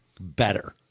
better